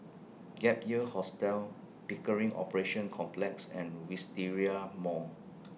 Gap Year Hostel Pickering Operations Complex and Wisteria Mall